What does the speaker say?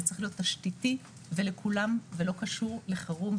צריך להיות תשתיתי ולכולם ולא קשור לחירום.